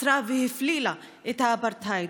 אסרה והפלילה את האפרטהייד,